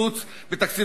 ביטול מס הכנסה שלילי,